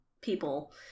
people